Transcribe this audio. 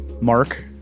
mark